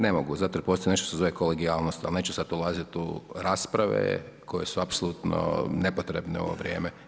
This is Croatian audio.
Ne mogu, zato jer postoji nešto što se zove kolegijalnost, ali neću sada ulaziti u rasprave koje su apsolutno nepotrebne u ovo vrijeme.